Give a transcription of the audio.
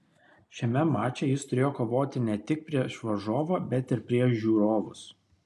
šiame mače jis turėjo kovoti ne tik prieš varžovą bet ir prieš žiūrovus